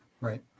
right